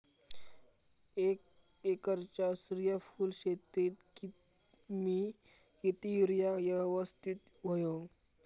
एक एकरच्या सूर्यफुल शेतीत मी किती युरिया यवस्तित व्हयो?